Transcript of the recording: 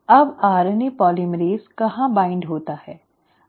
अब RNA polymerase कहाँ bind होता है